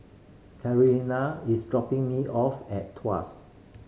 Carolina is dropping me off at Tuas